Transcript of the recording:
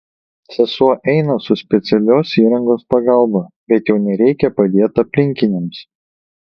sesuo eina su specialios įrangos pagalba bet jau nereikia padėti aplinkiniams